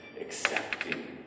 accepting